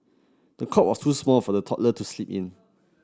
the cot was too small for the toddler to sleep in